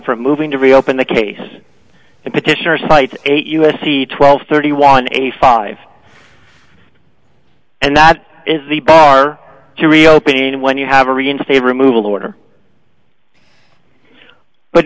from moving to reopen the case the petitioner cites eight u s c twelve thirty one eighty five and that is the bar to reopen when you have a reinstate removal order but